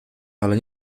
ale